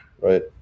right